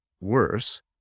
worse